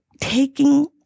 taking